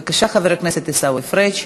בבקשה, חבר הכנסת עיסאווי פריג',